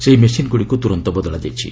ସେହି ମେସିନ୍ଗୁଡ଼ିକୁ ତୁରନ୍ତ ବଦଳା ଯାଇଛି